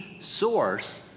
source